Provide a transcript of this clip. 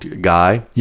guy